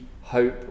hope